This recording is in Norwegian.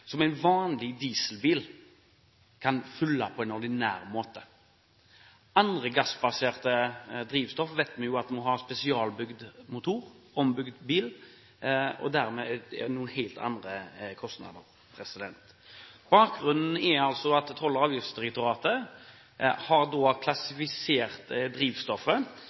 som en vanlig dieselbil kan fylle på en ordinær måte. For andre gassbaserte drivstoff vet en jo at en må ha spesialbygd motor – ombygd bil – og dermed blir det helt andre kostnader. Bakgrunnen er altså at Toll- og avgiftsdirektoratet har klassifisert drivstoffet